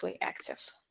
active